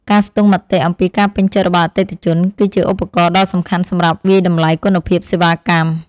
ការស្ទង់មតិអំពីការពេញចិត្តរបស់អតិថិជន គឺជាឧបករណ៍ដ៏សំខាន់សម្រាប់វាយតម្លៃគុណភាពសេវាកម្ម។